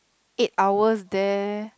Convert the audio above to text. eight hours there